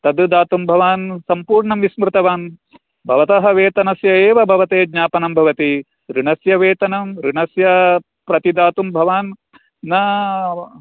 तत् दातुं भवान् सम्पूर्णं विस्मृतवान् भवतः वेतनस्य एव भवते ज्ञापनं भवति ऋणस्य वेतनं ऋणस्य प्रति दातुं भवान् न